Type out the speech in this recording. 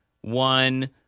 one